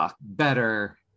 better